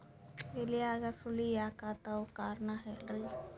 ಎಲ್ಯಾಗ ಸುಳಿ ಯಾಕಾತ್ತಾವ ಕಾರಣ ಹೇಳ್ರಿ?